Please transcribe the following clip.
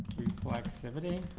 reflexivity,